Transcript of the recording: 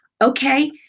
okay